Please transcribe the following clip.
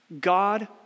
God